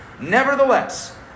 Nevertheless